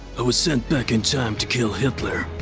i was sent back in time to kill hitler,